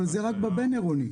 אבל זה רק בבין עירוני.